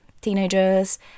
teenagers